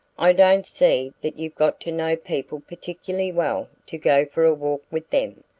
i don't see that you've got to know people particularly well to go for a walk with them.